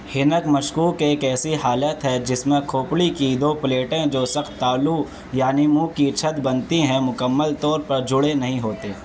حنک مشقوق ایک ایسی حالت ہے جس میں کھوپڑی کی دو پلیٹیں جو سخت تالو یعنی منھ کی چھت بنتی ہیں مکمل طور پر جڑے نہیں ہوتے